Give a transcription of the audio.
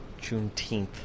Juneteenth